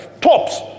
tops